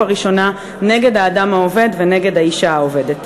נגד האדם העובד ונגד האישה העובדת.